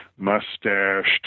Mustached